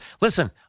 Listen